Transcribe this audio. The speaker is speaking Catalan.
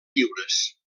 lliures